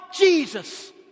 Jesus